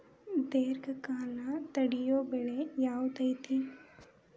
ದೇರ್ಘಕಾಲ ತಡಿಯೋ ಬೆಳೆ ಯಾವ್ದು ಐತಿ?